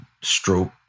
stroke